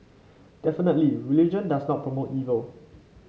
definitely religion does not promote evil